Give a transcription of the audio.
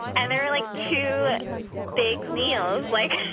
and there were like two big meals like